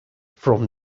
from